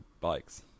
bikes